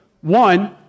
one